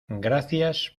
gracias